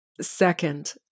Second